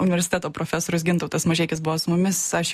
universiteto profesorius gintautas mažeikis buvo su mumis aš